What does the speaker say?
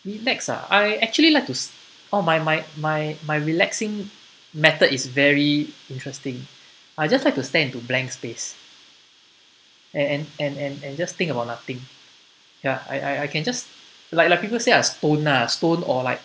relax ah I actually like to all my my my my relaxing method is very interesting I just like to stare into blank space and and and and and just think about nothing ya I I I can just like like people say I stone ah stone or like